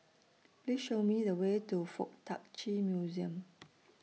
Please Show Me The Way to Fuk Tak Chi Museum